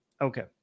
Okay